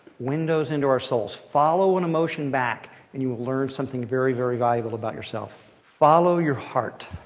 windows into our souls. follow an emotion back, and you will learn something very, very valuable about yourself. follow your heart.